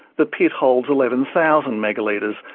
the pit holds eleven thousand megalitres,